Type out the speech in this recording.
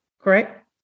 correct